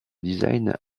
design